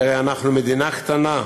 כי הרי אנחנו מדינה קטנה,